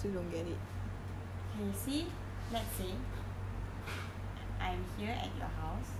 okay see let's say I'm here at your house